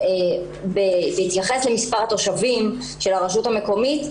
בהתייחס למספר התושבים של הרשות המקומית,